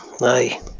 Aye